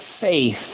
faith